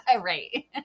right